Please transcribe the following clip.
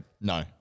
No